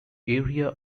area